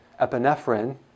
Epinephrine